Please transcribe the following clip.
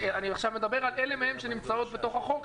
אני מדבר על אלה מהן שנמצאות בתוך החוק,